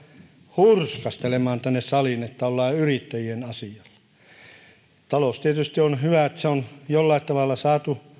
hurskastelemaan tänne saliin että ollaan yrittäjien asialla tietysti on hyvä että talous on jollain tavalla saatu